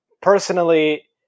personally